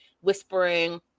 whispering